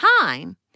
time